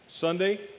Sunday